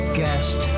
guest